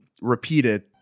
repeated